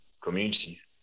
communities